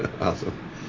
Awesome